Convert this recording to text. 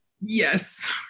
Yes